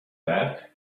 that